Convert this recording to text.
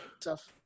tough